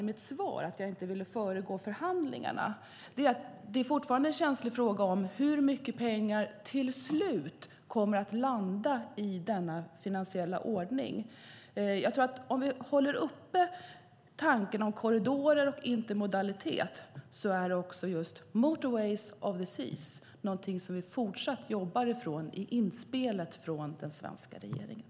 I mitt svar sade jag att jag inte vill föregå förhandlingarna, och det handlar om att det fortfarande är en känslig fråga om hur mycket pengar som till slut kommer att landa i denna finansiella ordning. Håller vi uppe tanken om korridorer och intermodalitet är Motorways of the Sea något vi fortsatt jobbar utifrån i inspelet från den svenska regeringen.